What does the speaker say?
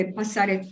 passare